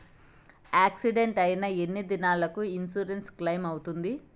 Accident అయిన ఎన్ని దినాలకు ఇన్సూరెన్సు క్లెయిమ్ అవుతుంది?